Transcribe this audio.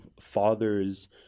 fathers